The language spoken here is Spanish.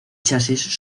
chasis